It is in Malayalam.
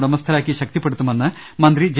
ഉടമസ്ഥരാക്കി ശക്തിപ്പെടുത്തുമെന്ന് മന്ത്രി ജെ